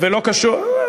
ולא קשור, זה